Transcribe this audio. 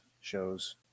shows